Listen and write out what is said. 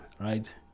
right